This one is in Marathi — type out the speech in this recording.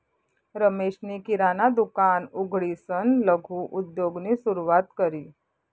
रमेशनी किराणा दुकान उघडीसन लघु उद्योगनी सुरुवात करी